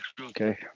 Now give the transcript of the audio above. okay